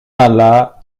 alla